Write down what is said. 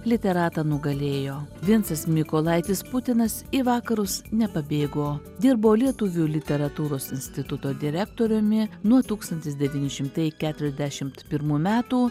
literatą nugalėjo vincas mykolaitis putinas į vakarus nepabėgo dirbo lietuvių literatūros instituto direktoriumi nuo tūkstantis devyni šimtai keturiasdešimt pirmų metų